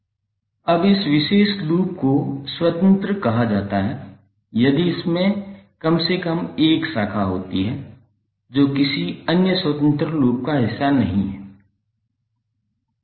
अब इस विशेष लूप को स्वतंत्र कहा जाता है यदि इसमें कम से कम एक शाखा होती है जो किसी अन्य स्वतंत्र लूप का हिस्सा नहीं है